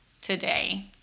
today